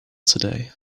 today